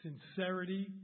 sincerity